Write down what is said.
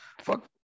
Fuck